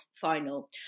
final